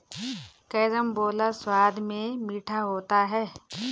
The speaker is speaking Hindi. कैरमबोला स्वाद में मीठा होता है